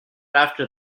after